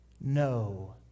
no